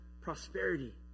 prosperity